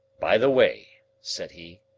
by the way, said he,